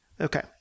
Okay